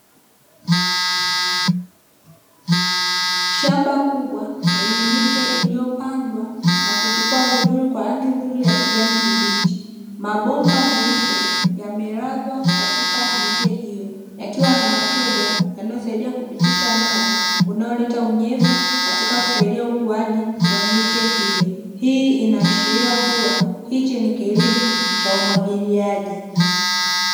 Shamba kubwa lenye miche iliyo pandwa na kuchipua vizuri kwa rangi nzuri ya kijani kibichi. Mabomba meupe yamelazwa katika miche hiyo yakiwa na matobo yanayo saidia kupitisha maji yanayo leta unyevu, katika kusaidia ukuwaji wa miche hiyo. Hii inaashiria kuwa hichi ni kilimo cha umwagiliaji.